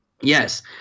Yes